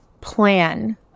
plan